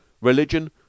religion